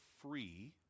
free